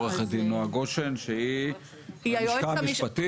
עו"ד נועה גושן שהיא מהלשכה המשפטית.